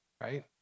right